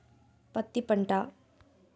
పత్తి పంట